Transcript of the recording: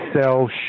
sell